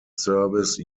service